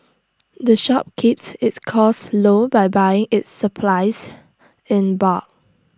the shop keeps its costs low by buying its supplies in bulk